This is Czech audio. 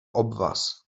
obvaz